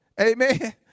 Amen